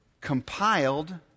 compiled